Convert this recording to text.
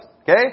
Okay